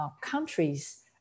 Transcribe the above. countries